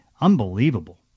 Unbelievable